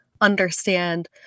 understand